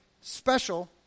special